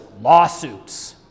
lawsuits